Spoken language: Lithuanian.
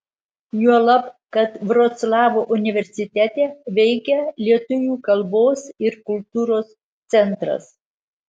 juolab kad vroclavo universitete veikia lietuvių kalbos ir kultūros centras